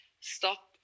stop